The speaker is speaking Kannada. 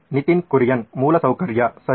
ನಿತಿನ್ ಕುರಿಯನ್ ಮೂಲಸೌಕರ್ಯ ಸರಿ